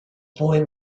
boy